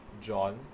John